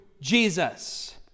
Jesus